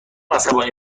عصبانی